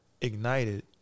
ignited